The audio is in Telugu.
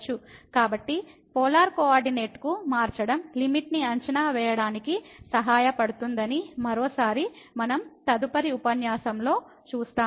కాబట్టి పోలార్ కోఆర్డినేట్కు మార్చడం లిమిట్ ని అంచనా వేయడానికి సహాయపడుతుందని మరోసారి మనం తదుపరి ఉపన్యాసంలో చూస్తాము